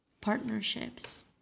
partnerships